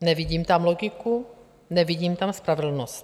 Nevidím tam logiku, nevidím tam spravedlnost.